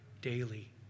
daily